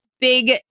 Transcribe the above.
big